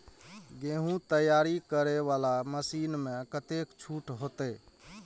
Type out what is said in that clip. गेहूं तैयारी करे वाला मशीन में कतेक छूट होते?